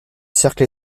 cercle